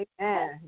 Amen